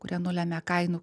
kurie nulemia kainų